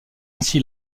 ainsi